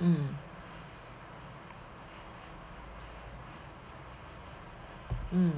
mm mm